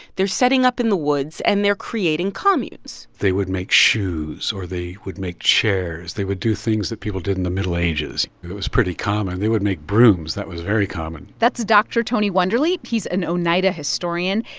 they're setting up in the woods, and they're creating communes they would make shoes, or they would make chairs. they would do things that people did in the middle ages, you know? it was pretty common. they would make brooms. that was very common that's dr. tony wonderly. he's an oneida historian.